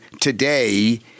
today